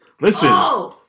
Listen